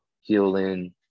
healing